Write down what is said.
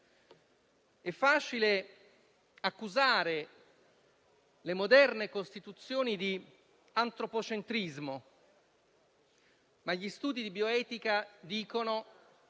È facile accusare le moderne Costituzioni di antropocentrismo, ma gli studi di bioetica dicono che,